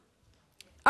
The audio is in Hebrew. אפילו לא 5,000,